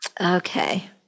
Okay